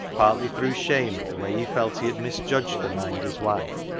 partly through shame at the way he felt he had misjudged the minder's wife,